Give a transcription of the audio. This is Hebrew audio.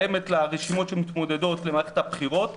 שקיימת לרשימות שמתמודדות למערכת הבחירות,